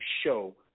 show